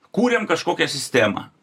kūrėm kažkokią sistemą